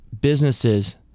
businesses